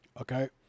okay